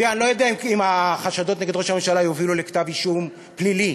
אני לא יודע אם החשדות נגד ראש הממשלה יובילו לכתב אישום פלילי,